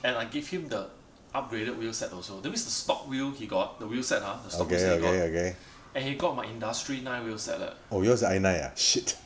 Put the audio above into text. and I give him the upgraded wheel set also that means the stock wheel he got the wheel set ah the stock wheel set he got and he got my industry nine wheel set eh